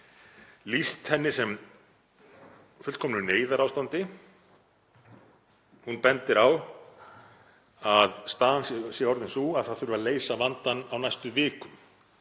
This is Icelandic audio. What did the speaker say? lýst henni sem fullkomnu neyðarástandi. Hún bendir á að staðan sé orðin sú að það þurfi að leysa vandann á næstu vikum,